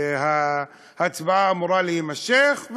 וההצבעה אמורה להימשך,